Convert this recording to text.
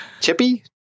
Chippy